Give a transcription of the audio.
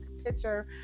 Picture